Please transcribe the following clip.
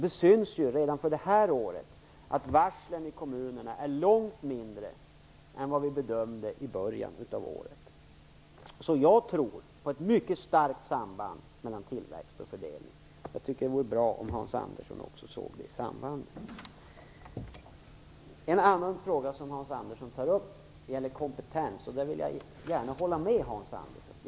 Det syns ju redan för det här året att varslen är långt mindre i kommunerna än vad vi bedömde i början av året. Jag tror på ett mycket starkt samband mellan tillväxt och fördelning. Jag tycker att det vore bra om Hans Andersson också såg det sambandet. En annan fråga som Hans Andersson tar upp gäller kompetens. Jag vill gärna hålla med Hans Andersson där.